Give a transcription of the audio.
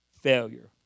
failure